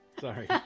Sorry